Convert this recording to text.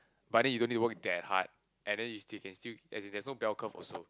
but if you didn't working that hard and then you still can still and you can still well come also